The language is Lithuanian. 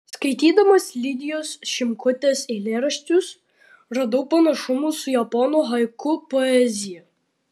skaitydamas lidijos šimkutės eilėraščius radau panašumų su japonų haiku poezija